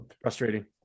Frustrating